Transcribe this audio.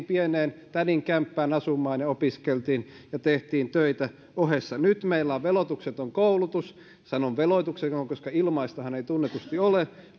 pieneen tädin kämppään asumaan ja opiskeltiin ja tehtiin töitä ohessa nyt meillä on veloitukseton koulutus sanon veloitukseton koska ilmaistahan ei tunnetusti ole